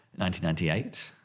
1998